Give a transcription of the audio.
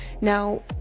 Now